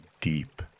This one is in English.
deep